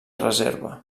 reserva